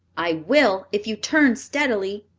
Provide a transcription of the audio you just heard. i will, if you turn steadily,